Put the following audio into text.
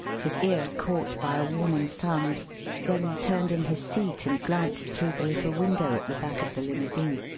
his ear caught by a warning sound then turned in his seat and glanced through the little window at the back of the limousine.